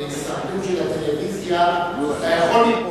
ב"הישרדות" של הטלוויזיה אתה יכול ליפול.